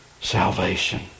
salvation